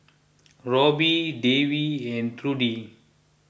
Robbie Davey and Trudy